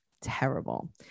terrible